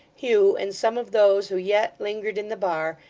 hugh, and some of those who yet lingered in the bar,